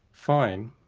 fine,